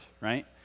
right